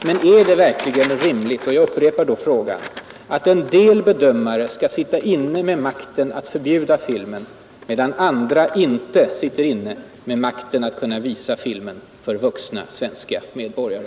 Men är det verkligen rimligt — jag upprepar den frågan — att en del bedömare skall sitta inne med makten att förbjuda filmen, medan andra inte sitter inne med makten att visa filmen för vuxna svenska medborgare?